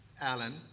Alan